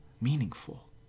meaningful